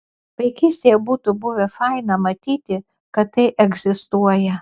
vaikystėje būtų buvę faina matyti kad tai egzistuoja